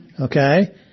Okay